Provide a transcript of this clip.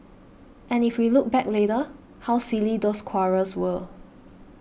and if we look back later how silly those quarrels were